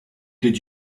did